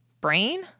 Brain